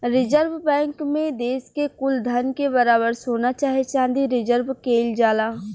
reserve bank मे देश के कुल धन के बराबर सोना चाहे चाँदी रिजर्व केइल जाला